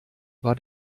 war